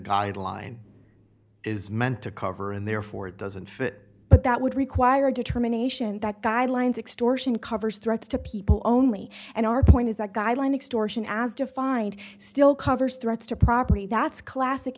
guideline is meant to cover and therefore it doesn't but that would require determination that guidelines extortion covers threats to people only and our point is that guideline extortion as defined still covers threats to property that's classic